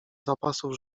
zapasów